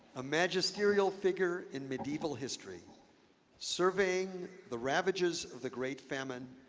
a magisterial figure in medieval history surveying the ravages of the great famine,